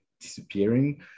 disappearing